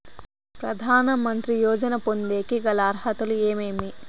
ప్రధాన మంత్రి యోజన పొందేకి గల అర్హతలు ఏమేమి?